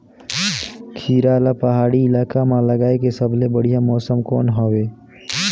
खीरा ला पहाड़ी इलाका मां लगाय के सबले बढ़िया मौसम कोन हवे?